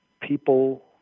people